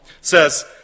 says